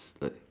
study